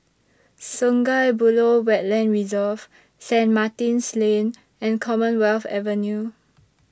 Sungei Buloh Wetland Reserve Saint Martin's Lane and Commonwealth Avenue